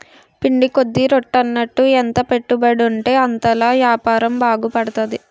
పిండి కొద్ది రొట్టి అన్నట్టు ఎంత పెట్టుబడుంటే అంతలా యాపారం బాగుపడతది